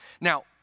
Now